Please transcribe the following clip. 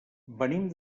venim